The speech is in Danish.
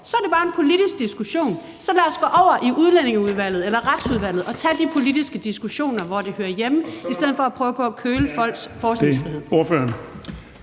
Så er det bare en politisk diskussion. Så lad os gå over i Udlændingeudvalget eller Retsudvalget og tage de politiske diskussioner, hvor de hører hjemme, i stedet for at prøve på at køle folks forskningsfrihed.